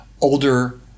older